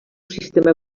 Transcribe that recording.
sistema